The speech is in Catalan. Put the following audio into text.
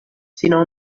sinó